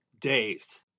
days